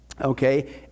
okay